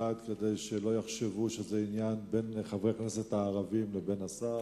כדי שלא יחשבו שזה עניין בין חברי הכנסת הערבים לבין השר.